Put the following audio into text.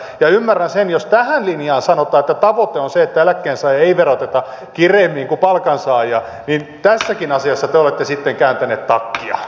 ja ymmärrän sen jos tähän linjaan sanotaan että tavoite on se että eläkkeensaajia ei veroteta kireämmin kuin palkansaajia tässäkin asiassa te olette sitten kääntäneet takkia